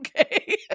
okay